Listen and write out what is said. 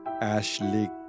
ashley